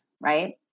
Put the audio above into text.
right